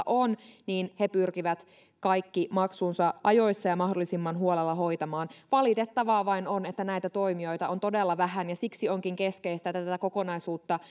on niin he pyrkivät kaikki maksunsa ajoissa ja mahdollisimman huolella hoitamaan valitettavaa vain on että näitä toimijoita on todella vähän ja siksi onkin keskeistä että tätä kokonaisuutta